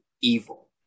evil